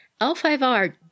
L5R